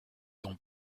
dents